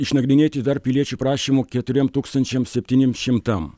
išnagrinėti dar piliečių prašymų keturiem tūkstančiam septyniem šimtam